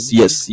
yes